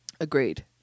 Agreed